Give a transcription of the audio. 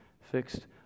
Fixed